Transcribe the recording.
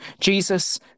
Jesus